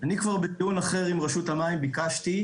אני כבר בדיון אחר עם רשות המים ביקשתי,